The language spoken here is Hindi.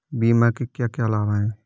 बीमा के क्या क्या लाभ हैं?